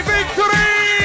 Victory